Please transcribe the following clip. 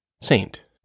Saint